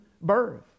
birth